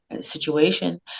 situation